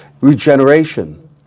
regeneration